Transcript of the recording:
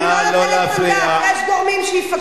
אני לא נותנת מנדט, יש גורמים שיפקחו.